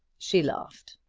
she laughed.